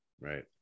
right